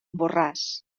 borràs